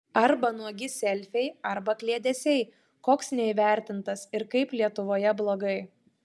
arba nuogi selfiai arba kliedesiai koks neįvertintas ir kaip lietuvoje blogai